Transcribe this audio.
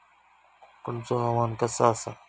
कोकनचो हवामान कसा आसा?